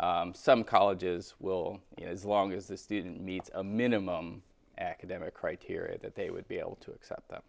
standards some colleges will you know as long as the student meets a minimum academic criteria that they would be able to accept them